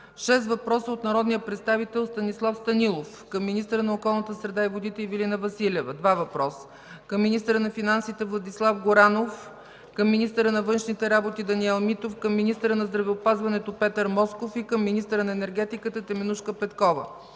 шест въпроса от народния представител Станислав Станилов към министъра на околната среда и водите Ивелина Василева – два въпроса, към министъра на финансите Владислав Горанов, към министъра на външните работи Даниел Митов, към министъра на здравеопазването Петър Москов, и към министъра на енергетиката Теменужка Петкова;